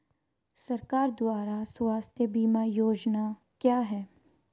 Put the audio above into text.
सरकार द्वारा स्वास्थ्य बीमा योजनाएं क्या हैं?